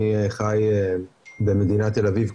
אני חי במדינת תל אביב,